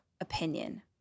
opinion